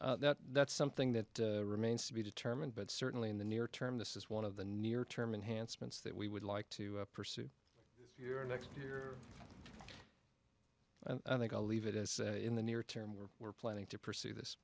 fielded that that's something that remains to be determined but certainly in the near term this is one of the near term enhanced mintz that we would like to pursue here next year and i think i'll leave it as in the near term where we're planning to pursue this